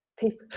people